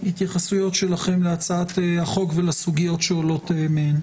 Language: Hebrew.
התייחסויות שלכם להצעת החוק ולסוגיות שעולות מהן,